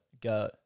go